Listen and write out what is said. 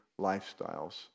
lifestyles